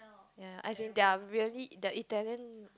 ya as in they're really they're Italian